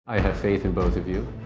i have faith in both of you.